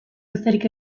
besterik